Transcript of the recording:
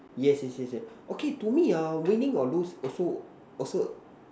yes yes yes yes okay to me ah winning or lose also also